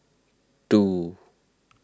two